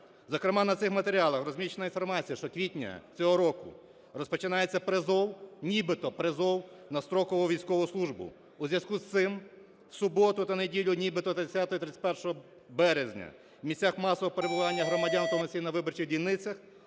Зокрема, на цих матеріалах розміщена інформація, що з квітня цього року розпочинається призов, нібито призов на строкову військову службу. У зв'язку із цим в суботу та неділю нібито 30 і 31 березня в місцях масового перебування громадян, в тому числі на виборчих дільницях,